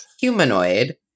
humanoid